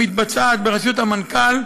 שמתבצעת בראשות המנכ"ל,